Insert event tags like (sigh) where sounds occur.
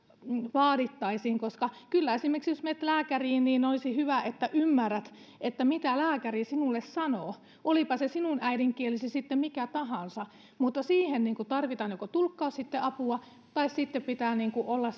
vaadittaisiin koska kyllä esimerkiksi jos menet lääkäriin olisi hyvä että ymmärrät mitä lääkäri sinulle sanoo olipa se sinun äidinkielesi sitten mikä tahansa siihen tarvitaan joko tulkkausapua tai sitten pitää olla (unintelligible)